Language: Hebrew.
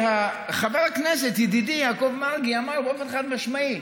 כי חבר הכנסת ידידי יעקב מרגי אמר באופן חד-משמעי: